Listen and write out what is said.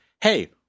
hey